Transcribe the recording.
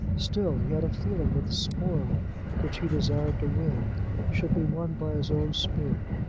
still he had a feeling that the spoil which he desired to win should be won by his own spear,